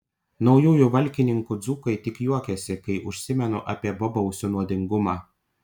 naujųjų valkininkų dzūkai tik juokiasi kai užsimenu apie bobausių nuodingumą